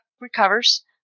recovers